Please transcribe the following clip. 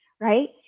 right